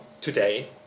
today